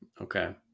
Okay